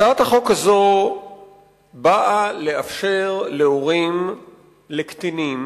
הצעת החוק הזו באה לאפשר להורים לקטינים